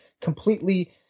completely